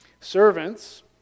Servants